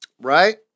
Right